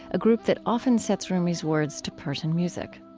a group that often sets rumi's words to persian music